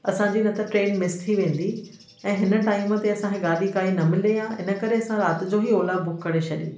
असांजी न त ट्रेन मिस थी वेंदी ऐं हिन टाइम ते असांखे गाॾी काई न मिले हा हिन करे असां राति जो ई ओला बुक करे छॾी